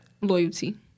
Loyalty